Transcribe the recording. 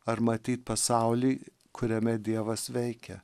ar matyt pasaulį kuriame dievas veikia